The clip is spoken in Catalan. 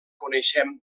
coneixem